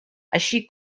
així